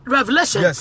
Revelation